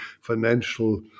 financial